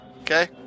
Okay